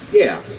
yeah,